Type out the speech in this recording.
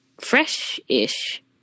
fresh-ish